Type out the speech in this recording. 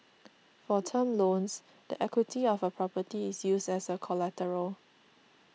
for term loans the equity of a property is used as collateral